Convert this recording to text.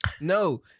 no